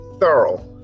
thorough